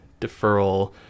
deferral